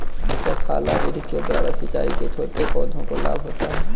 क्या थाला विधि के द्वारा सिंचाई से छोटे पौधों को लाभ होता है?